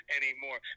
anymore